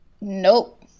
Nope